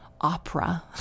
opera